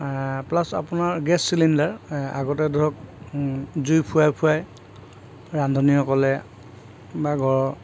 plus আপোনাৰ gas cylinder আগতে ধৰক জুই ফুৱাই ফুৱাই ৰান্ধনীসকলে বা ঘৰৰ